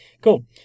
Cool